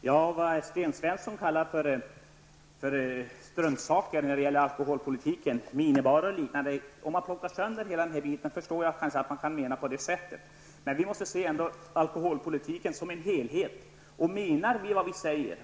Herr talman! När det gäller det Sten Svensson kallar för struntsaker i alkoholpolitiken, t.ex. minibarer och liknande, kan jag förstå att man kan se det på det sättet om man plockar sönder hela alkoholpolitiken i bitar. Men vi måste se alkoholpolitiken som en helhet, och vi menar vad vi säger.